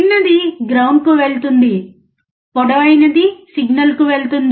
చిన్నది గ్రౌండ్కు వెళుతుంది పొడవైనది సిగ్నల్కు వెళుతుంది